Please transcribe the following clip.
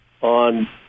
on